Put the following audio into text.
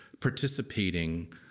participating